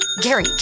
Gary